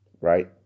Right